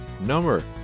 number